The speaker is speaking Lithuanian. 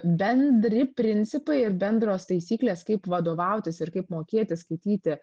bendri principai ir bendros taisyklės kaip vadovautis ir kaip mokėti skaityti